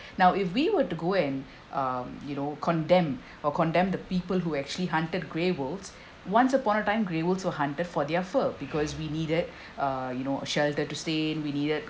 now if we were to go and um you know condemn or condemn the people who actually hunted grey wolves once upon a time grey wolves were hunted for their fur because we needed uh you know a shelter to stay in we needed